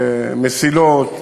מסילות,